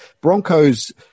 Broncos